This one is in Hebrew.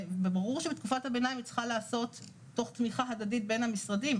וברור שבתקופת הביניים היא צריכה להיעשות תוך תמיכה הדדית בין המשרדים.